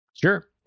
Sure